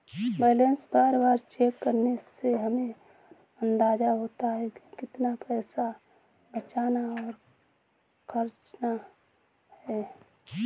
balance बार बार check करने से हमे अंदाज़ा होता है की कितना पैसा बचाना या खर्चना है